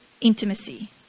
Intimacy